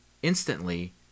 instantly